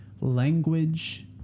language